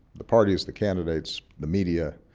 the parties, the candidates, the media,